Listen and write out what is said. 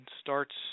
starts